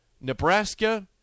Nebraska